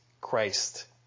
Christ